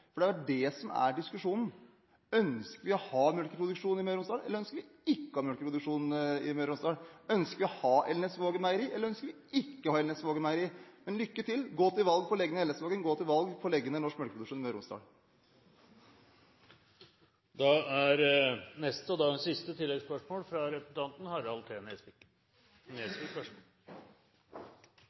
For det er det som er diskusjonen: Ønsker vi å ha melkeproduksjon i Møre og Romsdal, eller ønsker vi ikke å ha melkeproduksjon i Møre og Romsdal? Ønsker vi å ha Elnesvågen meieri, eller ønsker vi ikke å ha Elnesvågen meieri? Men lykke til – gå til valg på å legge ned Elnesvågen meieri, og gå til valg på å legge ned norsk melkeproduksjon i Møre og Romsdal! Harald T. Nesvik – til dagens siste